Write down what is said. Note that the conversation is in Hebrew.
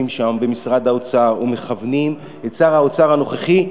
שם במשרד האוצר ומכוונות את שר האוצר הנוכחי,